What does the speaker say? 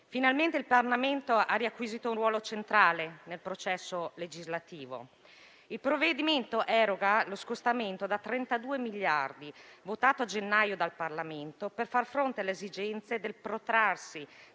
Finalmente il Parlamento ha riacquisito un ruolo centrale nel processo legislativo. Il provvedimento eroga lo scostamento da 32 miliardi di euro, votato a gennaio dal Parlamento, per far fronte alle esigenze del protrarsi